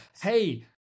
hey